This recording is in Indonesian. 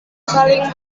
saling